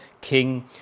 king